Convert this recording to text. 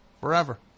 forever